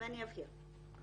ואני אבהיר.